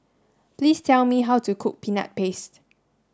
please tell me how to cook peanut paste